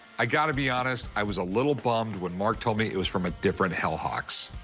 i got to be honest, i was a little bummed when mark told me it was from a different hell hawks.